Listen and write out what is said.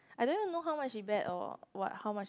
I don't even know how much she bet or what how much